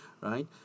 right